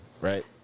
right